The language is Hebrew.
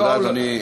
תודה, אדוני.